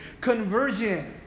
conversion